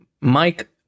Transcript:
Mike